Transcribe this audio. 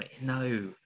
no